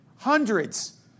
Hundreds